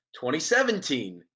2017